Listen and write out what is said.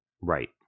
Right